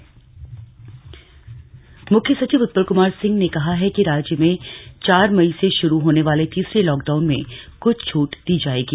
मुख्य सचिव मुख्य सचिव उत्पल कुमार सिंह ने कहा है कि राज्य में चार मई से शुरू होने वाले तीसरे लॉकडाउन में कुछ छूट दी जाएगी